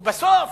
ובסוף,